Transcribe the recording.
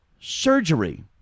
surgery